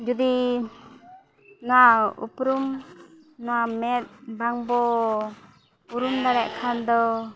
ᱡᱩᱫᱤ ᱱᱚᱣᱟ ᱩᱯᱨᱩᱢ ᱱᱚᱣᱟ ᱢᱮᱸᱫ ᱵᱟᱝᱵᱚᱱ ᱩᱨᱩᱢ ᱫᱟᱲᱮᱭᱟᱜ ᱠᱷᱟᱱ ᱫᱚ